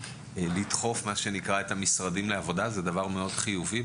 לדחוף את המשרדים לעבודה זה דבר מאוד חיובי,